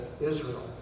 Israel